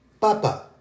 Papa